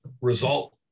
result